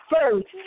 first